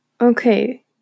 Okay